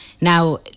Now